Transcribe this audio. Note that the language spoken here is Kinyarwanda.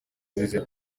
louise